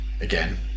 Again